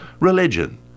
religion